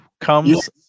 comes